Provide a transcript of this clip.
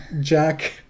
Jack